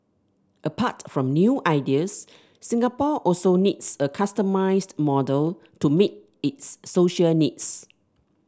apart from new ideas Singapore also needs a customised model to meet its social needs